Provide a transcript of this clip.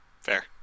fair